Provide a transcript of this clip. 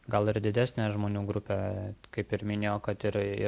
gal ir didesnę žmonių grupę kaip ir minėjau kad ir ir